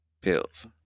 pills